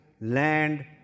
land